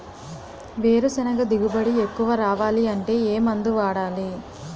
వేరుసెనగ దిగుబడి ఎక్కువ రావాలి అంటే ఏ మందు వాడాలి?